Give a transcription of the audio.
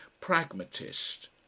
pragmatist